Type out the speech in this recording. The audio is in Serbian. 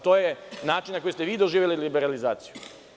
To je način na koji ste vi doživeli liberalizaciju.